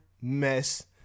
mess